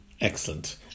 excellent